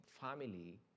family